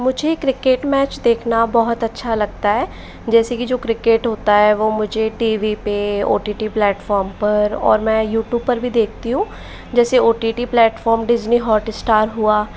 मुझे cricket match देखना बहुत अच्छा लगता है जैसे कि जो क्रिकेट होता है वो मुझे टी वी पर ओ टी टी प्लेटफार्म पर और मैं यूट्यूब पर भी देखतीं हूँ जैसे O T T platform Disney Hotstar हुआ